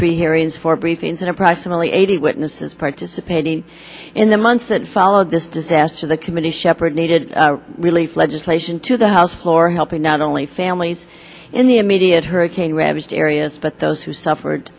three hearings four briefings and approximately eighty witnesses participating in the months that followed this disaster the committee shepherd needed relief legislation to the house floor helping not only families in the immediate hurricane ravaged areas but those who suffered